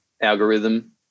algorithm